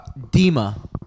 Dima